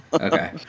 okay